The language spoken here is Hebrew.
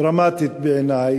דרמטית בעיני,